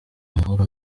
mahoro